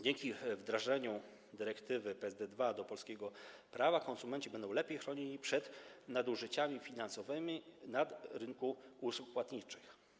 Dzięki wdrożeniu dyrektywy PSD 2 do polskiego prawa konsumenci będą lepiej chronieni przed nadużyciami finansowymi na rynku usług płatniczych.